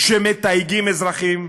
שמתייגים אזרחים?